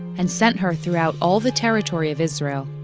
and sent her throughout all the territory of israel.